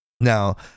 Now